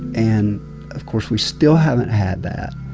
and of course, we still haven't had that.